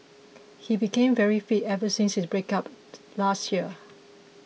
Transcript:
he became very fit ever since his breakup last year